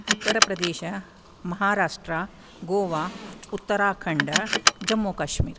उत्तरप्रदेशः महाराष्ट्रम् गोवा उत्तराखण्ड् जम्मुकश्मीर्